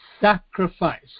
sacrifice